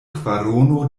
kvarono